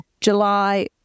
July